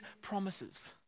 promises